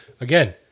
again